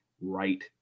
right